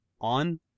on